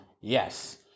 Yes